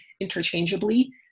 interchangeably